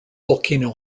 volcano